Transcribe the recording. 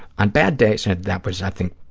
on bad days, and that was, i think,